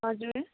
हजुर